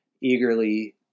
eagerly